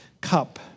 cup